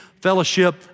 fellowship